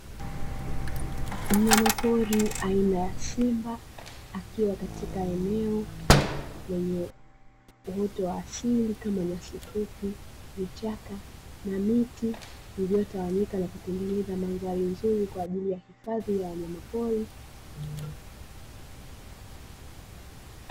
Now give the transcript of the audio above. Mnyama pori aina ya simba, akiwa kwenye eneo lenye uoto wa asili kama nyasi fupi vichaka na miti iliyo tawanyika na kutengeneza madhari nzuri ya hifadhi ya wanyama pori.